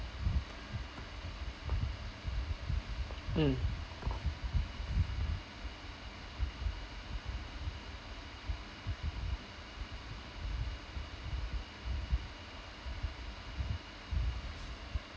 mm